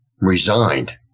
resigned